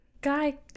Guy